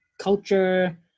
culture